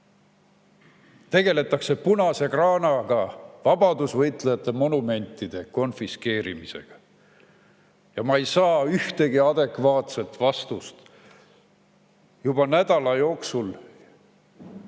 Tegeletakse punase kraanaga, vabadusvõitlejate monumentide konfiskeerimisega. Ma ei ole saanud ühtegi adekvaatset vastust juba nädala jooksul, antakse